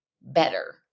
better